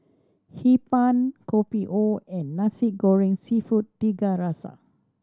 Hee Pan Kopi O and Nasi Goreng Seafood Tiga Rasa